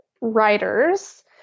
writers